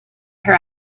her